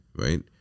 right